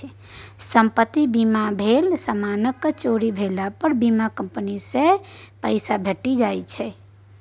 संपत्ति बीमा भेल समानक चोरी भेला पर बीमा कंपनी सँ पाइ भेटि जाइ छै